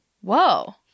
Whoa